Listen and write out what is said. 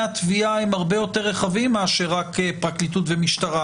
התביעה הם הרבה יותר רחבים מאשר רק פרקליטות ומשטרה,